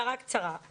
הערה קצרה.